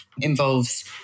involves